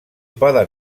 poden